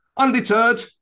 Undeterred